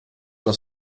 alla